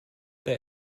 der